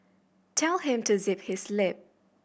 tell him to zip his lip